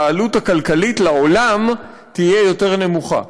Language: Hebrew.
והעלות הכלכלית לעולם תהיה יותר נמוכה.